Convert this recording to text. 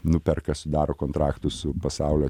nuperka sudaro kontraktus su pasaulio